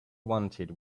wanted